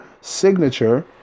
signature